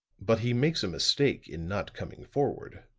but he makes a mistake in not coming forward.